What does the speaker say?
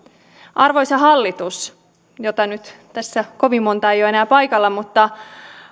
arvoisa hallitus josta nyt tässä kovin montaa ei ole enää paikalla